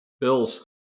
Bills